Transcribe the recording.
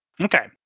Okay